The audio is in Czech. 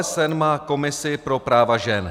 OSN má komisi pro práva žen.